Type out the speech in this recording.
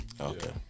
Okay